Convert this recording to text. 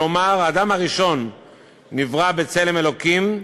כלומר האדם הראשון נברא בצלם אלוקים,